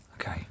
Okay